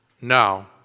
now